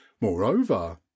Moreover